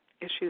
issues